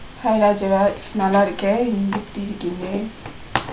hi rajaraj நல்லா இருக்கேன் நீங்க எப்படி இருக்கீங்க:nalla iruken neengka eppadi irukkingka